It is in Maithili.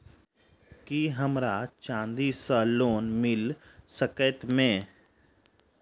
की हमरा चांदी सअ लोन मिल सकैत मे?